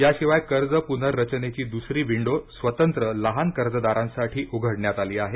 याशिवाय कर्ज पुनर्रचनेची दुसरी विंडो स्वतंत्र लहान कर्जदारांसाठी उघडण्यात आली आहे